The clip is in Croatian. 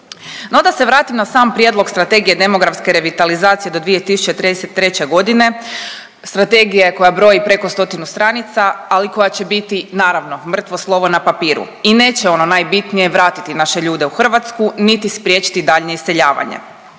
No da se vratim na sam prijedlog Strategije demografske revitalizacije do 2033.g., strategija koja broji preko stotinu stranica, ali koja će biti naravno mrtvo slovo na papiru i neće ono najbitnije, vratiti naše ljude u Hrvatsku, niti spriječiti daljnje iseljavanje